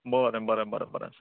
बरें बरें बरें बरें